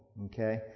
Okay